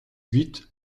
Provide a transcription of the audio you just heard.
huit